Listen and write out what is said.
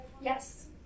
Yes